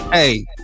Hey